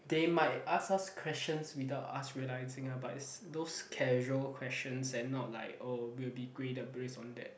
they might ask us questions without us realizing ah but is those casual questions and not like oh we will be graded based on that